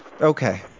Okay